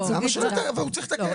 אבל הוא צריך לתקן.